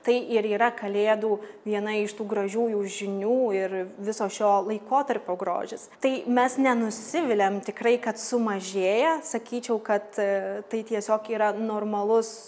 tai ir yra kalėdų viena iš tų gražiųjų žinių ir viso šio laikotarpio grožis tai mes nenusiviliam tikrai kad sumažėja sakyčiau kad tai tiesiog yra normalus